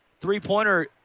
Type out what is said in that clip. three-pointer